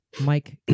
Mike